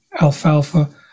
alfalfa